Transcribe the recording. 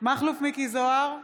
מכלוף מיקי זוהר,